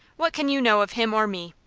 what can you know of him or me?